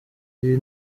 iyi